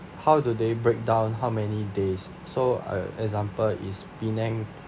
how do they break down how many days so uh example is penang